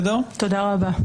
תודה רבה.